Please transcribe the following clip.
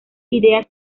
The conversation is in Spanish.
ideas